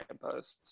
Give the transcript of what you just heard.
post